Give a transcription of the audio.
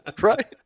right